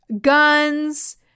Guns